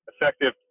Effective